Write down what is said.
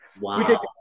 wow